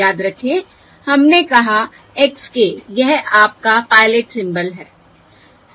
याद रखें हमने कहा x k यह आपका पायलट सिंबल है